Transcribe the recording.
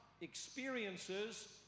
experiences